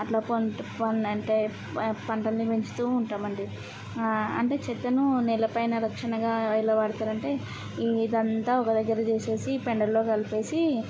అట్లా పంటు పన్నంటే పంటలిని పెంచుతూ ఉంటామండి అంటే చెట్లను నేలపైన రక్షణగా ఎలా వాడతారంటే ఈదంతా ఒక దగ్గరజేసేసి పెంటల్లో కలిపేసీ